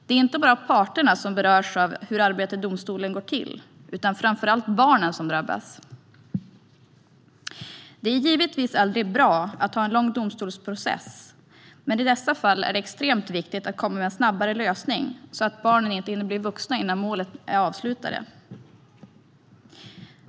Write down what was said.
Det är inte bara parterna som berörs av hur arbetet i domstolen går till, utan det är framför allt barnen som drabbas. Det är givetvis aldrig bra att ha en lång domstolsprocess men i dessa fall är det extremt viktigt att komma med en snabbare lösning så att barnet inte hinner bli vuxet innan målet är avgjort.